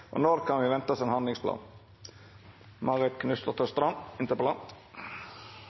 handling? Når kan vi vente oss en handlingsplan?